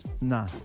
Nah